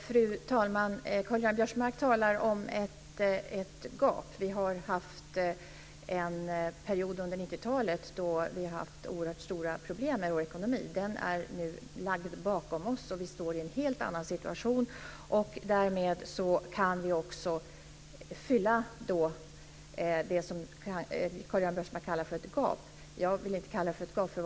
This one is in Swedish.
Fru talman! Karl-Göran Biörsmark talar om ett gap. Vi har haft en period under 90-talet då vi har haft oerhört stora problem med vår ekonomi. Den perioden har vi nu lagt bakom oss, och vi står i en helt annan situation. Och därmed kan vi också fylla det som Karl-Göran Biörsmark kallar för ett gap. Jag vill inte kalla det för ett gap.